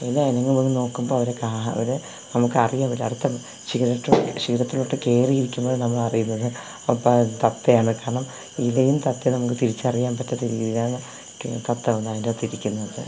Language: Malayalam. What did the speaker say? പിന്നെ ഇറങ്ങിവന്ന് നോക്കുമ്പോള് അവരെ അവര് നമുക്കറിയും അവരടുത്ത ശിഖരട്ട് ശിഖരത്തിലോട്ട് കയറിയിരിക്കുമ്പോള് നമ്മളറിയുന്നത് അപ്പം തത്തേണ് കാരണം ഇലയും തത്തയും നമ്മള്ക്ക് തിരിച്ചറിയാന് പറ്റത്തില്ല ഇതിലാണ് കെ തത്ത വന്ന് അതിന്റെ അകത്തിരിക്കുന്നത്